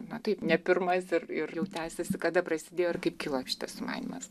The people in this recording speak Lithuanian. na taip ne pirmas ir ir jau tęsiasi kada prasidėjo kaip kilo šitas sumanymas